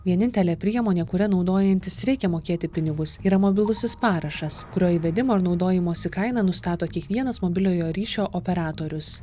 vienintelė priemonė kuria naudojantis reikia mokėti pinigus yra mobilusis parašas kurio įvedimo ir naudojimosi kainą nustato kiekvienas mobiliojo ryšio operatorius